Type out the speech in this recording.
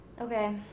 Okay